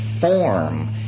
form